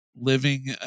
Living